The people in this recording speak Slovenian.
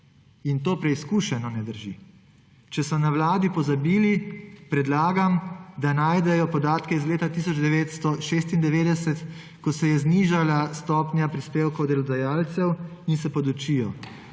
in to preizkušeno ne drži. Če so na vladi pozabili, predlagam, da najdejo podatke iz leta 1996, ko se je znižala stopnja prispevkov delodajalcev, in se podučijo.